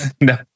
No